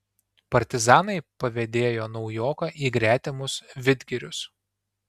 partizanai pavedėjo naujoką į gretimus vidgirius